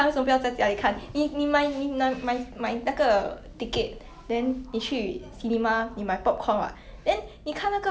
你 like 还钱受苦